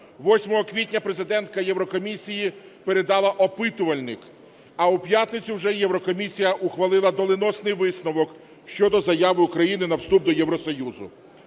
квітня Президентка Єврокомісії передала опитувальник, а у п'ятницю вже Єврокомісія ухвалила доленосний висновок щодо заяви України на вступ до Євросоюзу.